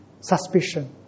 suspicion